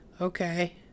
okay